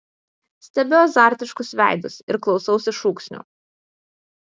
stebiu azartiškus veidus ir klausausi šūksnių